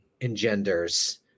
engenders